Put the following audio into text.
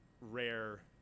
rare